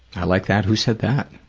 i like that. who said that?